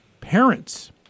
parents